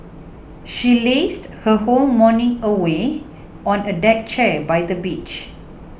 she lazed her whole morning away on a deck chair by the beach